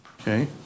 Okay